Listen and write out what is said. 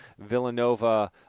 Villanova